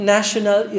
National